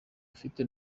afite